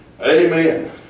Amen